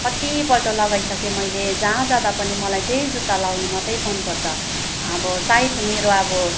कति पल्ट लगाइसकेँ मैले जहाँ जाँदा पनि मलाई त्यही जुत्ता लगाउनु मात्र मन पर्छ अब सायद मेरो अब